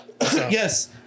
Yes